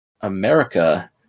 America